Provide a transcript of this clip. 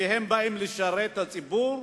כי הם באים לשרת את הציבור.